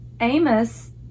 Amos